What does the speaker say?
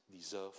deserve